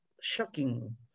shocking